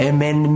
Amen